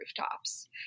rooftops